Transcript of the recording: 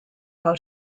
how